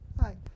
Hi